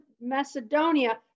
Macedonia